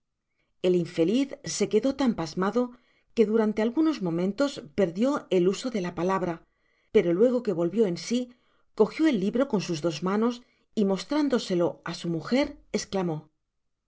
el infeliz se quedó tan pasmado que durante algunos momentos perdio el uso de la palabra pero luego que volvio en si cogio el libro con sus dos manos y mostrándoselo á su mujer esclatnó